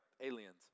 aliens